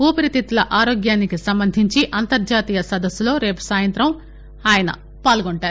ఊపరితిత్తుల ఆరోగ్యానికి సంబంధించి అంతర్జాతీయ సదస్సులో రేపు సాయంతం ఆయన పాల్గొనున్నారు